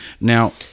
Now